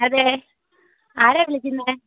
അതെ ആരാണ് വിളിക്കുന്നത്